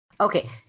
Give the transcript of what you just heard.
Okay